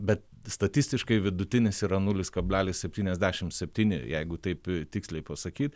bet statistiškai vidutinis yra nulis kablelis septyniasdešimt septyni jeigu taip tiksliai pasakyt